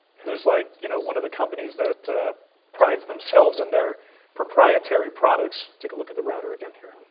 who's like you know one of the companies that prides themselves in their proprietary products. take a look at the router again here.